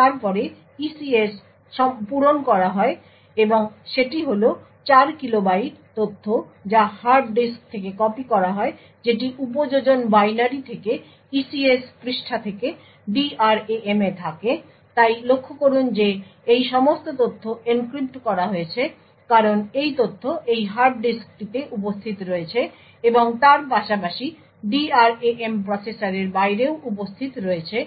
তারপরে ECS পূরণ করা হয় এবং সেটি হল 4 কিলো বাইট তথ্য যা হার্ড ডিস্ক থেকে কপি করা হয় যেটি উপযোজন বাইনারি থেকে ECS পৃষ্ঠা থেকে DRAM এ থাকে তাই লক্ষ্য করুন যে এই সমস্ত তথ্য এনক্রিপ্ট করা হয়েছে কারণ এই তথ্য এই হার্ড ডিস্কটিতে উপস্থিত রয়েছে এবং তার পাশাপাশি DRAM প্রসেসরের বাইরেও উপস্থিত রয়েছে